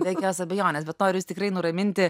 be jokios abejonės bet noriu jus tikrai nuraminti